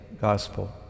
gospel